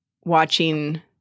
watching